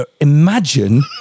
imagine